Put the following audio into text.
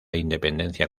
independencia